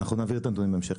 נעביר את הנתונים בהמשך.